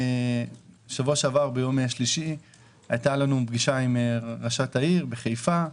בשבוע שעבר ביום שלישי הייתה לנו פגישה עם ראשת העיר חיפה.